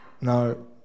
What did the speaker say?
no